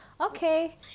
Okay